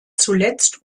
zuletzt